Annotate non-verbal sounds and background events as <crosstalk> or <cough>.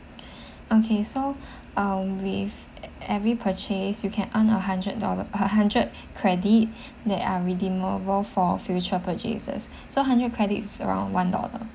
okay so <breath> um with every purchase you can earn a hundred dollar a hundred credit that are redeemable for future purchases so hundred credits is around one dollar